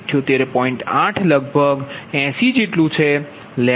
8 લગભગ લગભગ 80 78